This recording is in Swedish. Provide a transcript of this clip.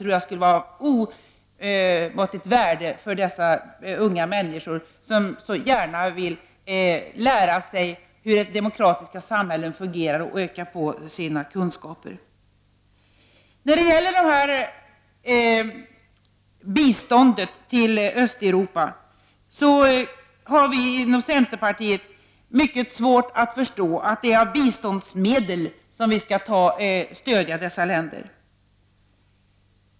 Det skulle vara av omåttligt stort värde för de unga människor som så gärna vill lära sig hur demokratiska samhällen fungerar och öka sina kunskaper. När det gäller biståndet till Östeuropa har vi inom centerpartiet mycket svårt att förstå att dessa länder skall stödjas med biståndsmedel.